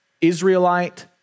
Israelite